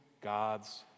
God's